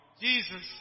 Jesus